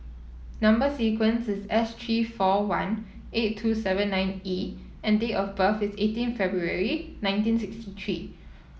number sequence is S three four one eight two seven nine E and date of birth is eighteen February nineteen sixty three